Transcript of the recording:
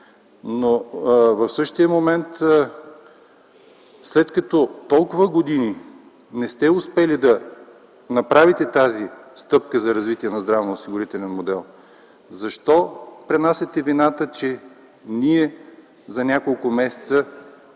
В същия момент, след като толкова години не сте успели да направите тази стъпка за развитие на здравноосигурителния модел, защо пренасяте вината, че за няколко месеца